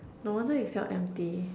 no wonder it felt empty